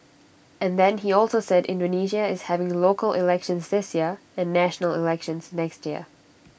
and then he also said Indonesia is having local elections and national elections next year